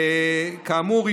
כאמור,